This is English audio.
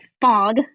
fog